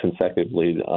consecutively